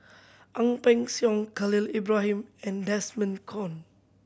Ang Peng Siong Khalil Ibrahim and Desmond Kon